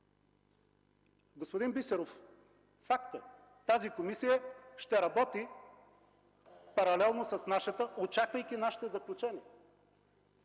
Господин Бисеров, факт е – тази комисия ще работи паралелно с нашата, очаквайки нашите заключения,